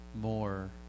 more